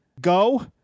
go